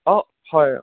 অঁ হয়